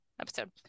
episode